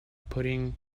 putting